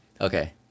Okay